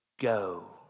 go